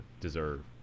deserve